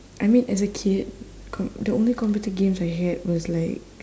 I mean as a kid co~ the only computer games I had was like